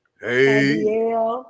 Hey